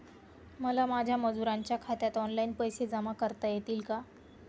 मला माझ्या मजुरांच्या खात्यात ऑनलाइन पैसे जमा करता येतील का?